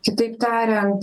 kitaip tariant